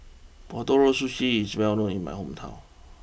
Ootoro Sushi is well known in my hometown